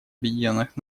объединенных